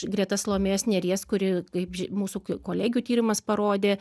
greta salomėjos neries kuri kaip ži mūsų kolegių tyrimas parodė